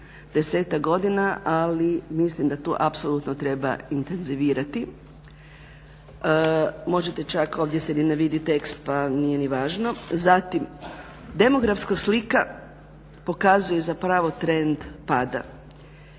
10-tak godina, ali mislim da tu apsolutno treba intenzivirati. Možete čak, ovdje se ni ne vidi tekst pa nije ni važno. Zatim demografska slika pokazuje zapravo trend pada.